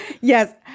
Yes